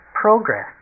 progress